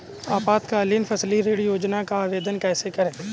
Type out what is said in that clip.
अल्पकालीन फसली ऋण योजना का आवेदन कैसे करें?